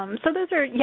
um so, those are yeah,